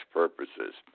purposes